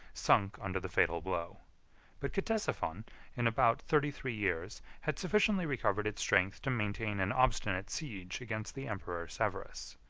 sunk under the fatal blow but ctesiphon, in about thirty-three years, had sufficiently recovered its strength to maintain an obstinate siege against the emperor severus.